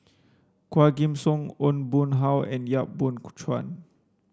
Quah Kim Song Aw Boon Haw and Yap Boon Ku Chuan